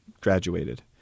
graduated